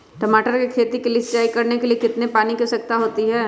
टमाटर की खेती के लिए सिंचाई करने के लिए कितने पानी की आवश्यकता होती है?